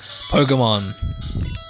Pokemon